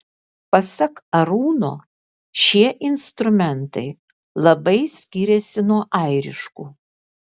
pasak arūno šie instrumentai labai skiriasi nuo airiškų